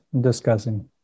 discussing